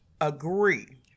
agree